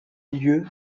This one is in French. lieu